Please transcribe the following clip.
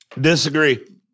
disagree